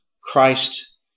Christ